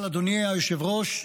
אבל אדוני היושב-ראש,